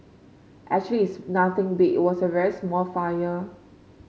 actually it's nothing big it was a very small fire